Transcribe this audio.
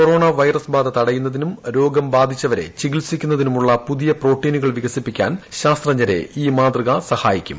corona virus ബാധ തടയുന്നതിനും രോഗം ബാധിച്ചവരെ ചികിത്സിക്കുന്നതിനുമുള്ള പുതിയ പ്രോട്ടീനുകൾ വികസിപ്പിക്കാൻ ശാസ്ത്രജ്ഞരെ ഈ മാതൃക സഹായിക്കും